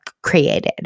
created